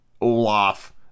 Olaf